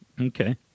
Okay